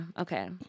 Okay